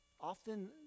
often